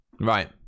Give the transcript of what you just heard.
Right